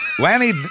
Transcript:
Lanny